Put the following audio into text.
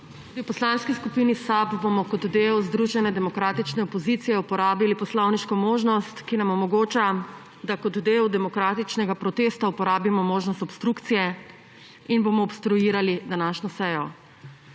v Poslanski skupini SAB bomo kot del združene demokratične opozicije uporabili poslovniško možnost, ki nam omogoča, da kot del demokratičnega protesta uporabimo možnost obstrukcije, in bomo obstruirali današnjo sejo.